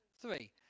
three